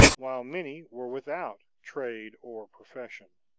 while many were without trade or profession.